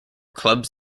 clubs